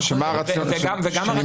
וגם הרציונל.